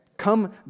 Come